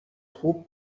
خوب